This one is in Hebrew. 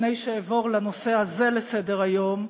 לפני שאעבור לנושא הזה לסדר-היום,